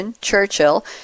Churchill